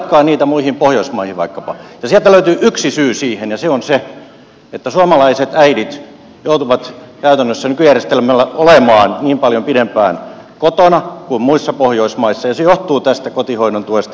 verratkaa niitä vaikkapa muihin pohjoismaihin sieltä löytyy yksi syy siihen ja se on se että suomalaiset äidit joutuvat käytännössä nykyjärjestelmällä olemaan niin paljon pidempään kotona kuin ollaan muissa pohjoismaissa ja se johtuu tästä kotihoidon tuesta muun muassa